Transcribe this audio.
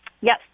Yes